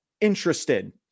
interested